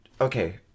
okay